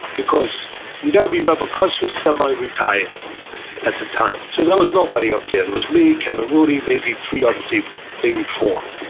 you gotta remember, cus was semi retired at the time. so there was nobody up there. there was me, kevin rooney, maybe three other people, maybe four.